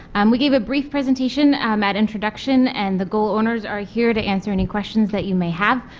um we gave a brief presentation um at introduction and the goal owners are here to answer any questions that you may have,